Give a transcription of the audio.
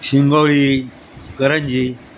शिंगोळी करंजी